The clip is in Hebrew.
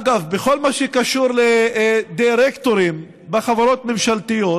אגב, בכל מה שקשור לדירקטורים בחברות ממשלתיות,